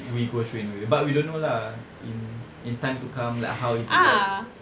we go through in a way but we don't know lah in in time to come like how it is like